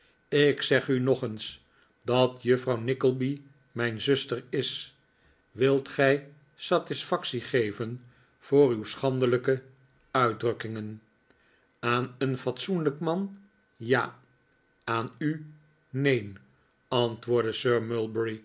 ik zeg u nog eens dat juffrouw nickleby mijn zuster is wilt gij satisfactie geven voor uw schandelijke uitdrukkingen aan een fatsoenlijk man ja aan u neen antwoordde